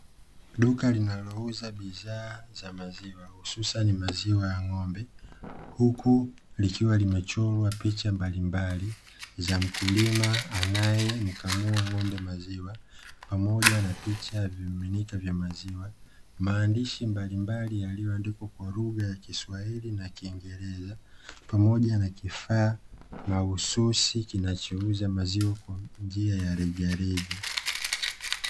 Duka linalouza bidhaa za maziwa hususa maziwa ya ng'ombe, huku likiwa limechorwa picha mbalimbali za mkulima anayemkamua ng'ombe maziwa, pamoja na picha vimiminika vya maziwa, maandishi mbalimbali yaliyoandikwa kwa lugha ya kiswahili na kiingereza, pamoja na vifaa mahususi kinachouza maziwa njia ya rejareja.